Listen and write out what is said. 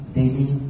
daily